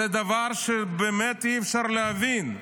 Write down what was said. זה דבר שבאמת אי-אפשר להבין.